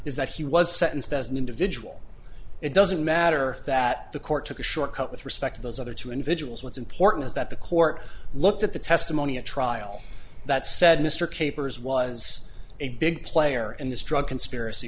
is that he was sentenced as an individual it doesn't matter that the court took a short cut with respect to those other two individuals what's important is that the court looked at the testimony at trial that said mr capers was a big player in this drug conspiracy